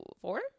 four